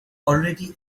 already